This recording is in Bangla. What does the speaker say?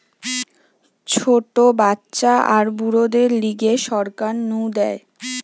ছোট বাচ্চা আর বুড়োদের লিগে সরকার নু দেয়